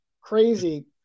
crazy